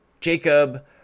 Jacob